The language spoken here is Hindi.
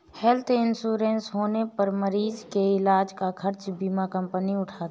हेल्थ इंश्योरेंस होने पर मरीज के इलाज का खर्च बीमा कंपनी उठाती है